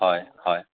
হয় হয়